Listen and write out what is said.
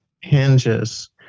hinges